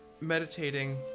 meditating